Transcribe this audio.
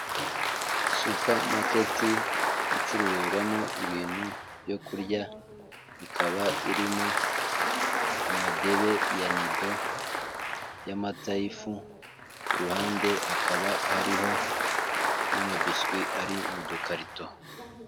Supamaketi icururizwamo ibintu byo kurya ikaba irimo amadebe ya nido y'amata y'ifu kuruhande hakaba hariho n'amabiswi ari mu dukarito.